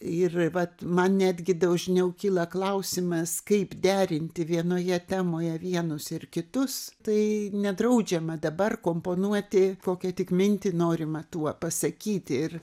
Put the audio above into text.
ir vat man netgi dažniau kyla klausimas kaip derinti vienoje temoje vienus ir kitus tai nedraudžiama dabar komponuoti kokią tik mintį norima tuo pasakyti ir